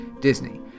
Disney